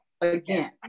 again